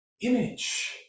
image